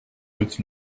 als